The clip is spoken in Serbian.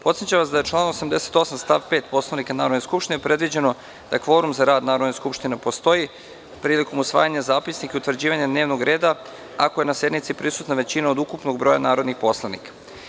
Podsećam vas da je članom 88. stav 5. Poslovnika Narodne skupštine predviđeno da kvorum za rad Narodne skupštine postoji prilikom usvajanja zapisnika i utvrđivanja dnevnog reda, ako je na sednici prisutna većina od ukupnog broja narodnih poslanika.